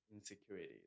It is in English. insecurity